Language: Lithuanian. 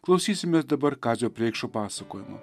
klausysimės dabar kazio preikšo pasakojimo